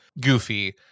Goofy